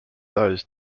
those